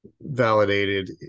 validated